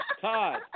Todd